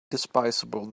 despicable